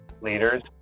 leaders